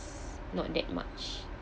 not that much